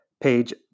page